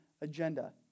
agenda